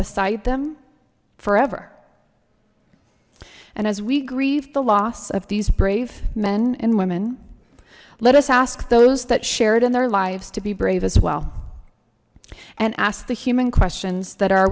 beside them forever and as we grieve the loss of these brave men and women let us ask those that shared in their lives to be brave as well and ask the human questions that are